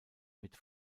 mit